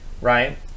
right